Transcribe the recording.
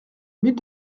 mille